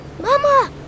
Mama